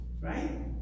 Right